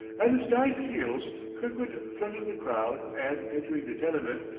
at his guide's heels kirkwood threaded the crowd and, entering the tenement,